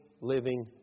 living